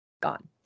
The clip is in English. Gone